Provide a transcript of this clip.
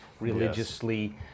religiously